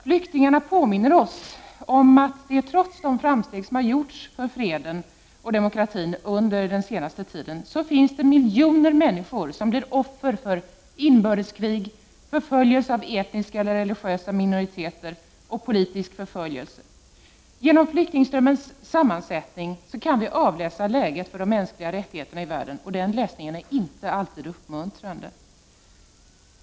Flyktingarna påminner oss om att det, trots de framsteg som under den senaste tiden har gjorts för freden och demokratin, finns miljoner människor som blir offer för inbördeskrig, förföljelser av etniska eller religiösa minoriteter och politisk förföljelse. Genom flyktingströmmens sammansättning kan vi avläsa läget för de mänskliga rättigheterna i världen, och den läsningen är inte alltid uppmuntrande.